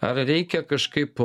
ar reikia kažkaip